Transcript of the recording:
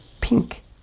pink